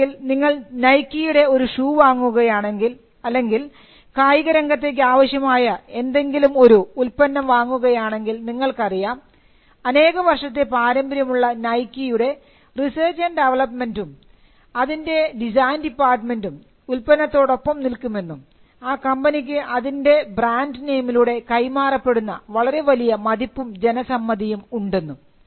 അല്ലെങ്കിൽ നിങ്ങൾ നൈക്കീയുടെ ഒരു ഷൂ വാങ്ങുകയാണെങ്കിൽ അല്ലെങ്കിൽ കായികരംഗത്തേക്ക് ആവശ്യമായ എന്തെങ്കിലും ഒരു ഉൽപ്പന്നം വാങ്ങുകയാണെങ്കിൽ നിങ്ങൾക്ക് അറിയാം അനേക വർഷത്തെ പാരമ്പര്യമുള്ള നൈക്കീയുടെ റിസർച്ച് ആൻഡ് ഡെവലപ്മെൻറ് ഡിപ്പാർട്ട്മെൻറുംResearch Development അതിൻറെ ഡിസൈൻ ഡിപ്പാർട്ട്മെൻറും ഉൽപ്പന്നത്തോടൊപ്പം നിൽക്കുമെന്നും ആ കമ്പനിക്ക് അതിൻറെ ബ്രാൻഡ് നെയ്മിലൂടെ കൈമാറപ്പെടുന്ന വളരെ വലിയ മതിപ്പും ജനസമ്മതിയും ഉണ്ടെന്നും